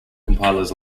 compilers